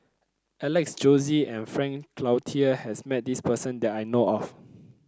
Alex Josey and Frank Cloutier has met this person that I know of